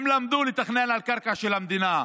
הן למדו לתכנן על קרקע של המדינה,